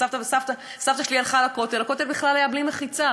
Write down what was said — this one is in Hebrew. סבתא שלי הלכה לכותל, הכותל בכלל היה בלי מחיצה.